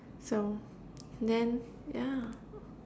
so then yeah